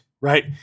right